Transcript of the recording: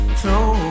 throw